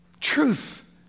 Truth